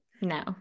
No